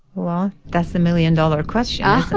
well, that's the million-dollar question, ah